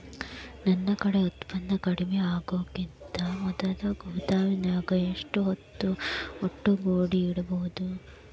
ನನ್ ಕಡೆ ಉತ್ಪನ್ನ ಕಡಿಮಿ ಆಗುಕಿಂತ ಮೊದಲ ಗೋದಾಮಿನ್ಯಾಗ ಎಷ್ಟ ಹೊತ್ತ ಒಟ್ಟುಗೂಡಿ ಇಡ್ಬೋದು?